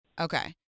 Okay